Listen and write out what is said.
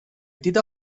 did